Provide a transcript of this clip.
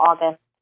August